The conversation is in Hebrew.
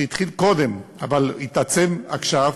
שהתחיל קודם אבל התעצם עכשיו,